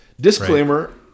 Disclaimer